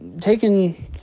Taking